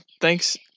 Thanks